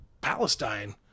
Palestine